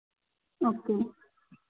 okay